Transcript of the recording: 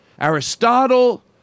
Aristotle